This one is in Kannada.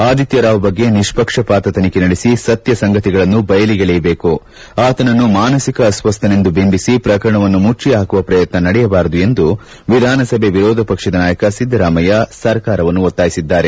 ಆದಿತ್ಯ ರಾವ್ ಬಗ್ಗೆ ನಿಷ್ಷಕ್ಷಪಾತ ತನಿಖೆ ನಡೆಸಿ ಸತ್ಯ ಸಂಗತಿಯನ್ನು ಬಯಲಿಗೆಳೆಯಬೇಕು ಆತನನ್ನು ಮಾನಸಿಕ ಅಸ್ವಸ್ಥನೆಂದು ಬಿಂಬಿಸಿ ಪ್ರಕರಣವನ್ನು ಮುಚ್ಚಿಹಾಕುವ ಪ್ರಯತ್ನ ನಡೆಯಬಾರದು ಎಂದು ವಿಧಾನಸಭೆ ವಿರೋಧ ಪಕ್ಷದ ನಾಯಕ ಸಿದ್ದರಾಮಯ್ಯ ಸರ್ಕಾರವನ್ನು ಒತ್ತಾಯಿಸಿದ್ದಾರೆ